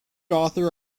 author